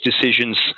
decisions